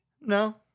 No